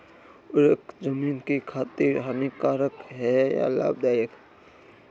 उर्वरक ज़मीन की खातिर हानिकारक है या लाभदायक है?